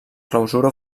clausura